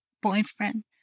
boyfriend